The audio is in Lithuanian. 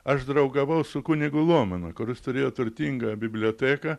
aš draugavau su kunigu lomanu kuris turėjo turtingą biblioteką